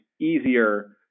easier